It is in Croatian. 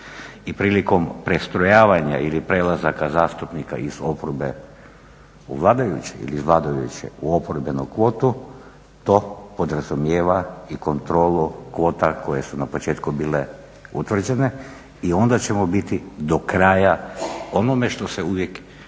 I prilikom prestrojavanja ili prelazaka zastupnika iz oporbe u vladajući ili vladajuće u oporbenu kvotu to podrazumijeva i kontrolu kvota koje su na početku bile utvrđene i onda ćemo biti do kraja onome što se uvijek do sada